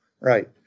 Right